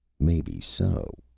maybe so,